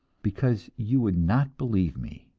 because you would not believe me!